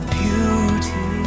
beauty